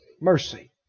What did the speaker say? Mercy